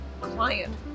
client